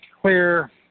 clear